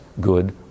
good